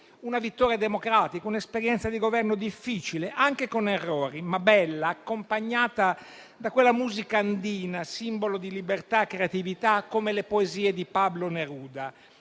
una vittoria democratica, un'esperienza di governo difficile, anche con errori, ma bella, accompagnata da quella musica andina, simbolo di libertà e creatività, come le poesie di Pablo Neruda.